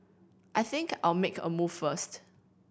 I think I'll make a move first